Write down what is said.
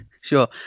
Sure